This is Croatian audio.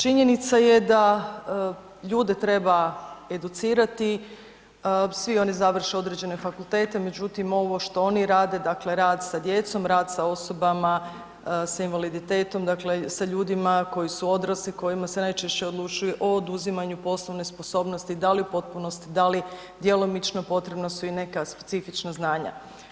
Činjenica je da ljude treba educirati, svi oni završe određene fakultete, međutim, ovo što oni rade, dakle rad sa djecom, rad sa osobama sa invaliditetom, dakle sa ljudima koji su odrasli, kojima se najčešće odlučuje o oduzimanju poslovne sposobnosti, da li u potpunosti, da li djelomično, potrebna si i neka specifična znanja.